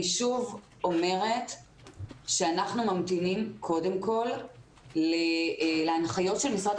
אני שוב אומרת שאנחנו ממתינים קודם כל להנחיות של משרד